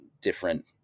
different